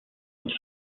une